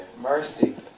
Mercy